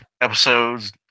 episodes